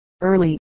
early